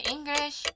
English